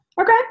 okay